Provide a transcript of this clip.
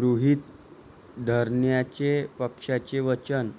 गृहीत धरण्याचे पक्षाचे वचन